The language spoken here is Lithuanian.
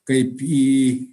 kaip į